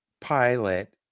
pilot